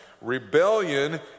Rebellion